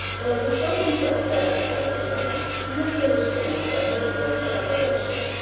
that he seldom felt satisfied with them, unless they were stamped by his brother's approbation.